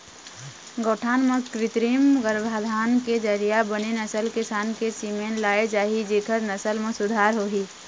गौठान म कृत्रिम गरभाधान के जरिया बने नसल के सांड़ के सीमेन लाय जाही जेखर नसल म सुधार होही